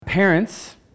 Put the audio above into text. Parents